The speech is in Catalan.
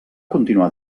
continuar